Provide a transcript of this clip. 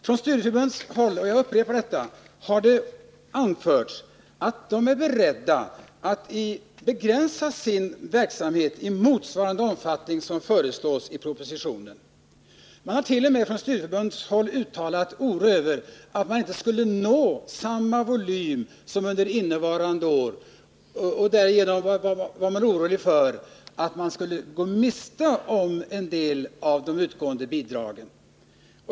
Från studieförbundshåll har det anförts — jag upprepar det — att man är beredd att begränsa sin verksamhet i en omfattning som motsvarar den som föreslås i propositionen. Man hart.o.m. från studieförbundshåll uttalat oro över att man inte skulle nå samma volym som under innevarande år och därför gå miste om en del av de utgående bidragen.